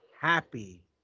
happy